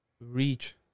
reach